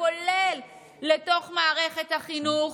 כולל לתוך מערכת החינוך.